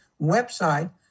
website